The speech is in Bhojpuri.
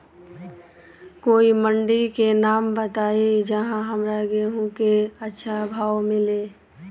कोई मंडी के नाम बताई जहां हमरा गेहूं के अच्छा भाव मिले?